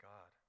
God